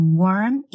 warm